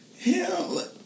Hell